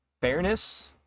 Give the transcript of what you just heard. fairness